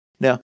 Now